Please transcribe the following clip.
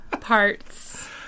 parts